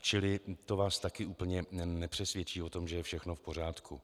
Čili to vás taky úplně nepřesvědčí o tom, že je všechno v pořádku.